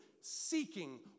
seeking